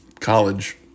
college